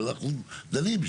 ואנחנו דנים.